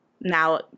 Now